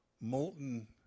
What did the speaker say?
molten